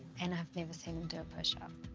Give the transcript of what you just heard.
and i've never seen him do a push-up.